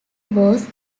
was